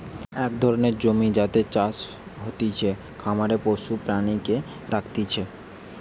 এক ধরণের জমি যাতে চাষ হতিছে, খামারে পশু প্রাণীকে রাখতিছে